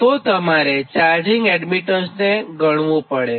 તો તમારે ચાર્જિંગ એડમિટન્સને ગણવું પડે